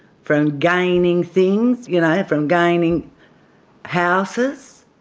from gaining things, you know from gaining houses,